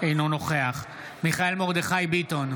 אינו נוכח מיכאל מרדכי ביטון,